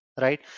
right